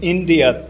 India